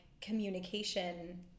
communication